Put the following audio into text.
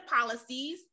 policies